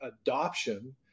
adoption